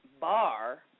bar